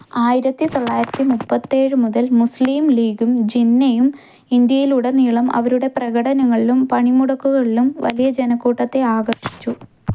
ആയിരത്തി തൊള്ളായിരത്തി മുപ്പത്തേഴ് മുതൽ മുസ്ലീം ലീഗും ജിന്നയും ഇന്ഡ്യയിലുടനീളം അവരുടെ പ്രകടനങ്ങളിലും പണിമുടക്കുകളിലും വലിയ ജനക്കൂട്ടത്തെ ആകർഷിച്ചു